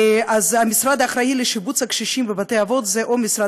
המשרד האחראי לשיבוץ הקשישים בבתי-אבות זה משרד